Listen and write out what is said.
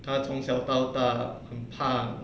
她从小到大就怕